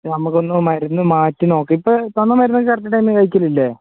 നമുക്കൊന്ന് മരുന്ന് മാറ്റി നോക്കാം ഇപ്പോൾ തന്ന മരുന്നൊക്കെ കറക്റ്റ് ടൈമിന് കഴിക്കുന്നില്ലേ